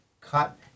Cut